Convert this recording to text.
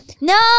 No